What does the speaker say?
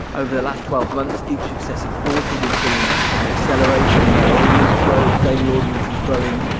over the last twelve months, each successive quarter we've seen an acceleration in our audience growth, daily audience is growing